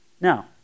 Now